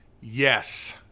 yes